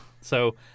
So-